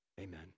Amen